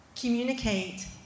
communicate